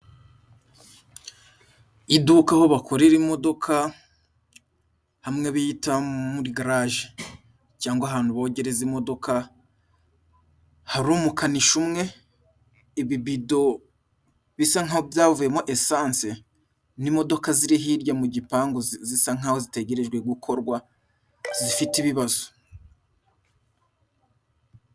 Iduka aho bakorera imodoka hamwe bita muri garaje cyangwa ahantu bogereza imodoka, hari umukanishi umwe, ibibido bisa nk'aho byavuyemo esanse n'imodoka ziri hirya mu gipangu zisa nk'aho zitegerejwe gukorwa, zifite ibibazo.